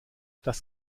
das